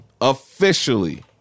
officially